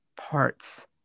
parts